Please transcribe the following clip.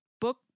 book